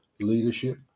leadership